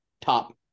top